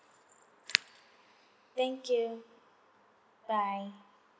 thank you bye